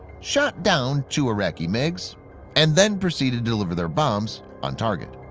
shot down two iraqi migs and then proceeded to deliver their bombs on target.